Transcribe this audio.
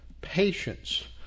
patience